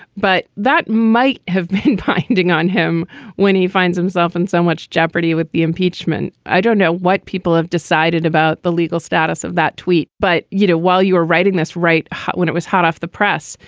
but that might have been binding on him when he finds himself in so much jeopardy with the impeachment. i don't know what people have decided about the legal status of that tweet. but, you know, while you are writing this right, when it was hot off the press,